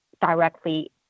directly